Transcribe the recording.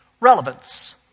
relevance